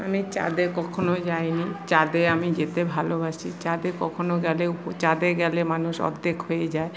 আমি চাঁদে কখনো যাইনি চাঁদে আমি যেতে ভালবাসি চাঁদে কখনো গেলে চাঁদে গেলে মানুষ অর্ধেক হয়ে যায়